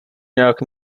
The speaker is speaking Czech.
nějak